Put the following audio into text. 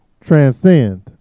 transcend